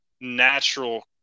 natural